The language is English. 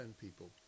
people